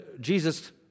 Jesus